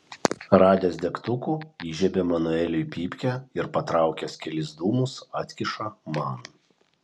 radęs degtukų įžiebia manueliui pypkę ir patraukęs kelis dūmus atkiša man